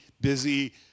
busy